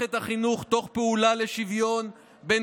במערכת החינוך תוך פעולה לשוויון בין